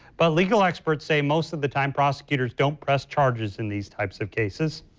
but legal experts say most of the time prosecutors don't press charges in these types of cases.